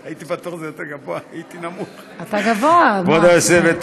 תודה רבה לסגן השר יצחק כהן.